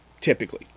typically